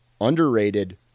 underrated